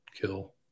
kill